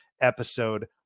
episode